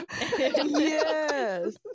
Yes